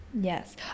Yes